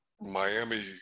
Miami